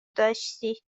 داشتی